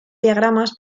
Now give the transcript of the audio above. diagramas